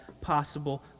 possible